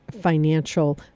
financial